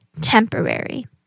temporary